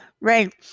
Right